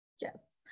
Yes